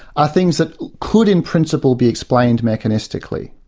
are things that could in principle be explained mechanistically.